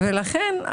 לכן,